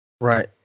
Right